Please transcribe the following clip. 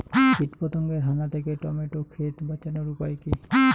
কীটপতঙ্গের হানা থেকে টমেটো ক্ষেত বাঁচানোর উপায় কি?